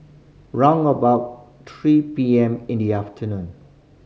round about three P M in the afternoon